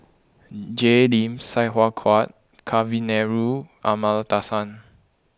Jay Lim Sai Hua Kuan Kavignareru Amallathasan